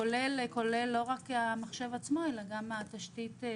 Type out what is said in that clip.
כולל לא רק המחשב עצמו, אלא גם התשתית.